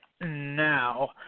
now